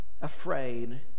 afraid